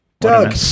Doug